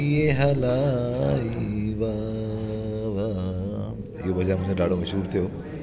इहो भजन मुहिंजो ॾाढो मश्हूरु थियो